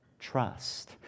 trust